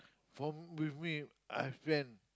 form with me I friend